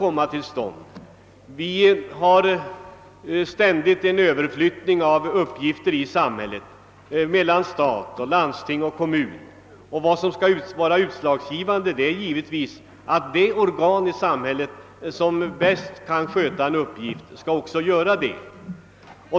Det pågår en ständig överflyttning av samhällsuppgifter mellan stat, landsting och kommun, och vad som härvid måste vara utslagsgivande är att det organ i samhället som är bäst lämpat att sköta en viss uppgift också skall göra det.